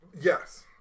Yes